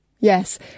Yes